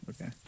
okay